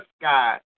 God